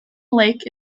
lake